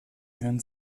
hören